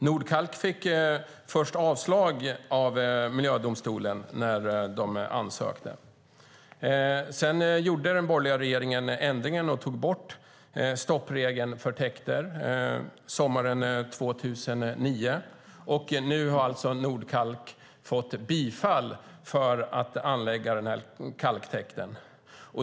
Nordkalk fick först avslag av miljödomstolen när de ansökte. Sedan gjorde den borgerliga regeringen ändringen och tog bort stoppregeln för täkter sommaren 2009, och nu har alltså Nordkalk fått bifall till att anlägga denna kalktäkt.